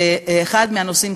ואחד הנושאים,